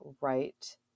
right